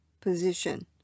position